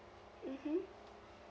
mmhmm